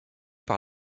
par